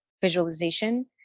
visualization